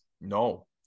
No